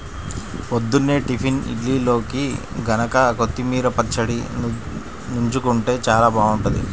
పొద్దున్నే టిఫిన్ ఇడ్లీల్లోకి గనక కొత్తిమీర పచ్చడి నన్జుకుంటే చానా బాగుంటది